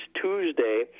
Tuesday